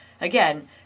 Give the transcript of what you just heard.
again